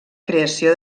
creació